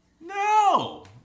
no